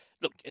look